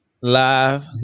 live